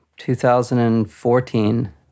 2014